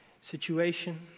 situation